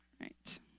Right